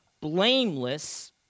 blameless